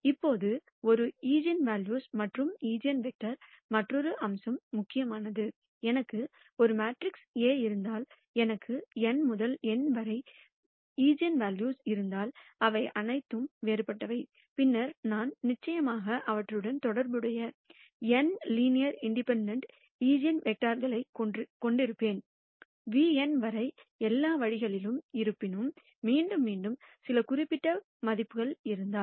இப்போது ஒரு ஈஜென்வெல்யூஸ் மற்றும் ஈஜென்வெக்டர்களின் மற்றொரு அம்சம் முக்கியமானது எனக்கு ஒரு மேட்ரிக்ஸ் A இருந்தால் எனக்கு n முதல் n வரை வெவ்வேறு ஈஜென்வெல்யூக்கள் இருந்தால் அவை அனைத்தும் வேறுபட்டவை பின்னர் நான் நிச்சயமாக அவற்றுடன் தொடர்புடைய n லீனியர் இன்டெபேன்டென்ட் ஈஜென்வெக்டர்களைக் கொண்டிருப்பேன் νn வரை எல்லா வழிகளிலும் இருப்பினும் மீண்டும் மீண்டும் சில குறிப்பிட்ட மதிப்புகள் இருந்தால்